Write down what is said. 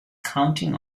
counting